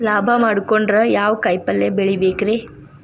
ಲಾಭ ಮಾಡಕೊಂಡ್ರ ಯಾವ ಕಾಯಿಪಲ್ಯ ಬೆಳಿಬೇಕ್ರೇ?